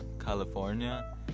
california